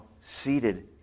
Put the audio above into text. seated